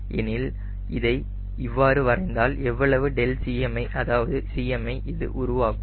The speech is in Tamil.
எனில் இதை இவ்வாறு வரைந்தால் எவ்வளவு Cmஐ அதாவது Cm ஐ இது உருவாக்கும்